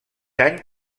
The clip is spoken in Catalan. any